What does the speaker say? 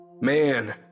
Man